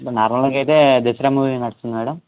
నార్మల్గా అయితే దసరా మూవీ నడుస్తుంది మేడమ్